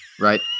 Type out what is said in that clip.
right